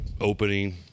opening